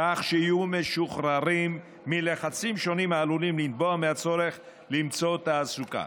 כדי שיהיו משוחררים מלחצים שונים העלולים לנבוע מהצורך למצוא תעסוקה